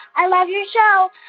i love your show.